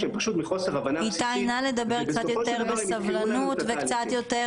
צריך ללכת לוועדות שונות בכנסת,